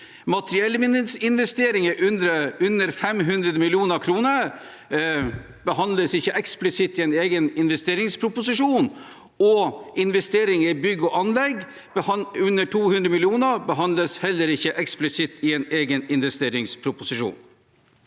Materiellinvesteringer under 500 mill. kr behandles ikke eksplisitt i en egen investeringsproposisjon, og investeringer i bygg og anlegg under 200 mill. kr behandles heller ikke eksplisitt i en egen investeringsproposisjon.